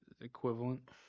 equivalent